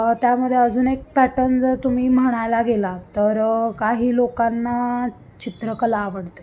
त्यामध्ये अजून एक पॅटर्न जर तुम्ही म्हणायला गेला तर काही लोकांना चित्रकला आवडते